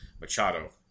Machado